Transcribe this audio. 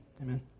Amen